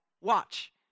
Watch